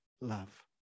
love